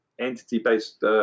entity-based